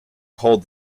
called